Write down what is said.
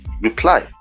reply